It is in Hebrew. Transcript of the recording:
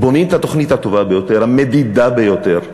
בונים את התוכנית הטובה ביותר, המדידה ביותר,